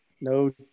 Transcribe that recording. No